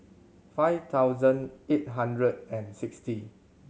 five thousand eight hundred and sixty